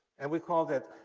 and we called it,